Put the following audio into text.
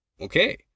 Okay